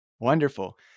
wonderful